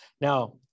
Now